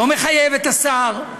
לא מחייב את השר,